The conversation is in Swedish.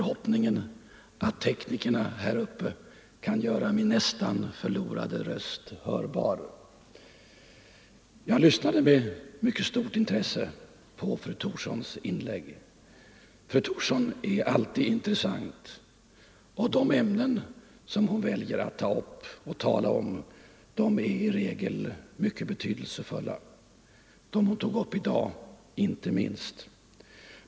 Herr talman! Jag lyssnade med mycket stort intresse på fru Thorssons inlägg. Fru Thorsson är alltid intressant, och de ämnen som hon väljer att tala om är i regel mycket betydelsefulla, de hon tog upp i dag inte minst.